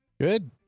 Good